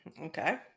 Okay